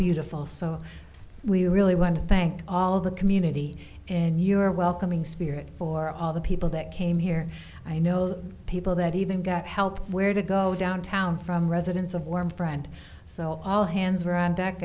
beautiful so we really want to thank all the community and you are welcoming spirit for all the people that came here i know the people that even got help where to go downtown from residents of warm friend so all hands were on